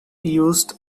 used